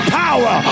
power